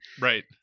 Right